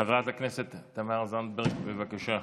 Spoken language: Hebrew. חברת הכנסת תמר זנדברג, בבקשה.